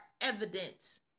evident